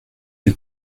you